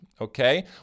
okay